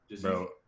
Bro